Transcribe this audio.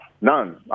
None